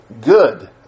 good